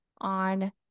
on